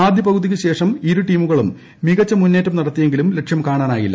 ആദ്യ പകുതിയ്ക്ക് ശേഷവും ഇരുടീമുകളും മികച്ച മുന്നേറ്റം നടത്തിയെങ്കിലും ലക്ഷ്യം കാണാനായില്ല